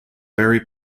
barry